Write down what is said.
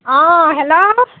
অঁ হেল্ল'